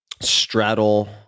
straddle